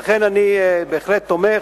לכן אני בהחלט תומך